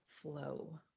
flow